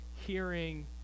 hearing